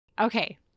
Okay